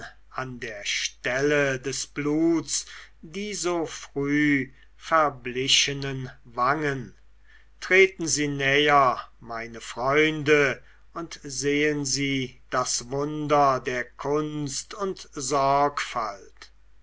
an der stelle des bluts die so früh verblichenen wangen treten sie näher meine freunde und sehen sie das wunder der kunst und sorgfalt